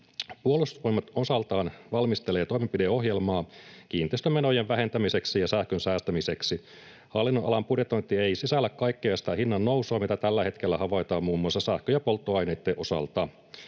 Puolustusvoimat osaltaan valmistelee toimenpideohjelmaa kiinteistömenojen vähentämiseksi ja sähkön säästämiseksi. Hallinnonalan budjetointi ei sisällä kaikkea sitä hinnannousua, mitä tällä hetkellä havaitaan muun muassa sähkön ja polttoaineitten osalta.